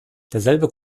derselbe